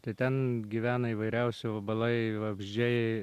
tai ten gyvena įvairiausi vabalai vabzdžiai